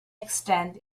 extend